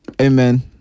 Amen